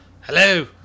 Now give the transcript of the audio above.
Hello